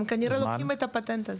הם כנראה לוקחים את הפטנט הזה.